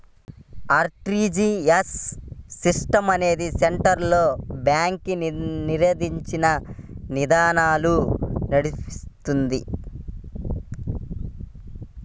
RTGS system అనేది central bank నిర్దేశించిన విధానాలపై నడుస్తుంది